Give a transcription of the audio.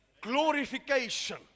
glorification